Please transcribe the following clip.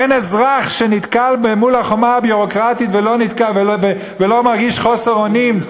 אין אזרח שנתקל בחומה הביורוקרטית ולא מרגיש חוסר אונים.